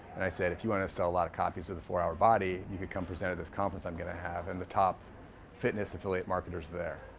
and i said, if you wanna sell a lot of copies, of the four hour body, you could come present at this conference i'm gonna have, and the top fitness affiliate marketers are there.